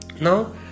Now